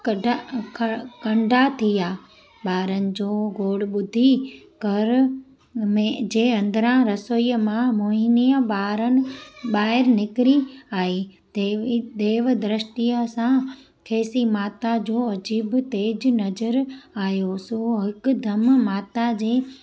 कढा क कंॾा थी विया ॿारनि जो गोड़ ॿुधी घर में जे अंदरा रसोईअ मां मोहिनीअ ॿारनि ॿाहिरि निकिरी आई देवी देव दृष्टिअ सां खेसि माता जो अजीब तेज़ नज़र आहियो सो हिकदमि माता जे